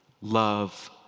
Love